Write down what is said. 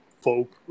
folk